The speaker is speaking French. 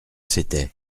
c’était